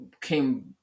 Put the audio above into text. came